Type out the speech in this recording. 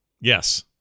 Yes